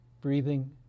breathing